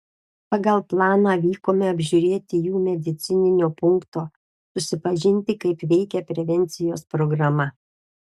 pagal planą vykome apžiūrėti jų medicininio punkto susipažinti kaip veikia prevencijos programa